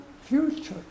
future